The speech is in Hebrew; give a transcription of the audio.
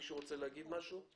מישהו רוצה לומר משהו?